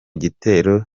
gitero